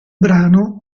brano